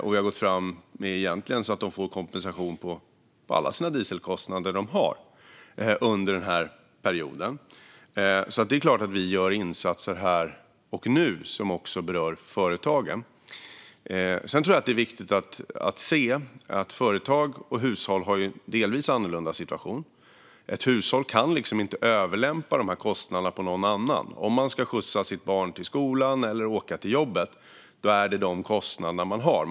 De kommer egentligen att få kompensation för alla de dieselkostnader de har under den här perioden. Vi gör insatser här och nu som självklart också berör företagen. Det är också viktigt att se att företag och hushåll delvis har en annorlunda situation. Ett hushåll kan inte överlämpa kostnaderna på någon annan. Om man ska skjutsa sitt barn till skolan eller åka till jobbet är det kostnader man har.